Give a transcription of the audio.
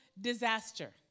disaster